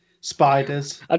spiders